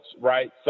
right